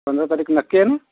पंदरा तारीख नक्कीएना